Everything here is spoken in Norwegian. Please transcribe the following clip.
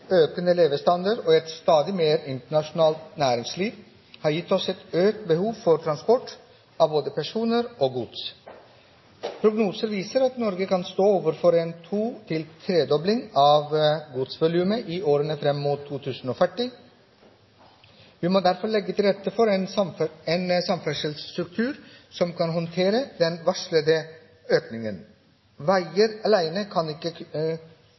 økende levestandard og et stadig mer internasjonalt næringsliv har gitt oss et økt behov for transport av både personer og gods. Prognoser viser at Norge kan stå overfor en to–tredobling av godsvolumet i årene framover mot 2040. Vi må derfor legge til rette for en samferdselsstruktur som kan håndtere denne økningen. Veiene alene vil ikke